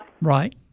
Right